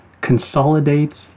consolidates